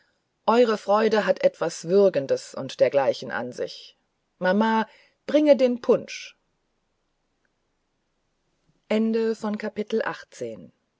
eure freude hat etwas würgendes und dergleichen an sich mama bringe den punsch